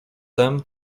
tem